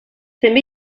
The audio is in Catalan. també